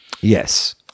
Yes